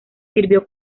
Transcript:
sirvió